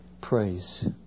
praise